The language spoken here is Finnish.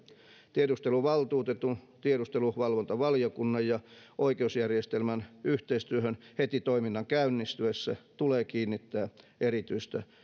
tiedusteluvaltuutetun tiedusteluvalvontavaliokunnan ja oikeusjärjestelmän yhteistyöhön heti toiminnan käynnistyessä tulee kiinnittää erityistä